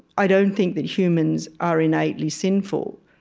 i don't think that humans are innately sinful,